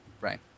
Right